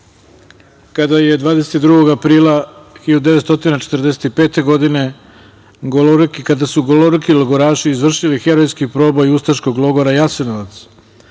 22. aprila 1945. godine goloruki logoraši izvršili herojski proboj ustaškog logora Jasenovac,